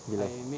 bila